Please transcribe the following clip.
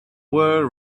were